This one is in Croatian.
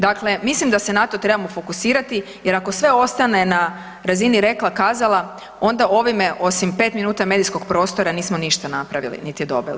Dakle, mislim da se na to trebamo fokusirati jer ako sve ostane na razini rekla kazala onda ovime osim pet minuta medijskog prostora nismo ništa napravili niti dobili.